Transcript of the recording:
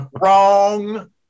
wrong